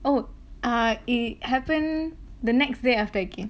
oh ah eh it happen the next day after again